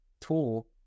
tool